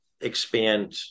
expand